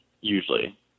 usually